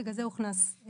בגלל זה הוכנס הסעיף הזה.